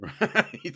Right